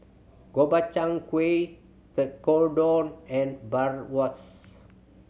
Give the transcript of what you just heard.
Gobchang Gui Tekkadon and Bratwurst